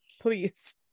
Please